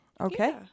Okay